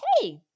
hey –